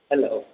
hello